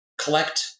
collect